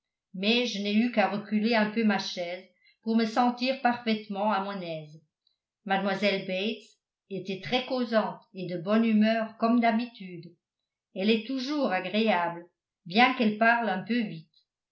mais je n'ai eu qu'à reculer un peu ma chaise pour me sentir parfaitement à mon aise mlle bates était très causante et de bonne humeur comme d'habitude elle est toujours agréable bien qu'elle parle un peu vite